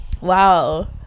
Wow